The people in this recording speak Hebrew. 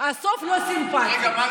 הסוף לא סימפתי.